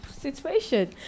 situation